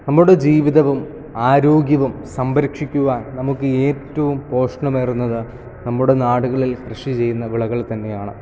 നമ്മുടെ ജീവിതവും ആരോഗ്യവും സംരക്ഷിക്കുവാൻ നമുക്ക് ഏറ്റവും പോഷണം ഏറുന്നത് നമ്മുടെ നാടുകളിൽ കൃഷി ചെയ്യുന്ന വിളകൾ തന്നെയാണ്